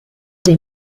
dei